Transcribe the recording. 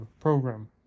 program